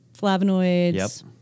flavonoids